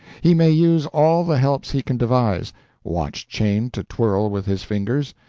he may use all the helps he can devise watch-chain to twirl with his fingers,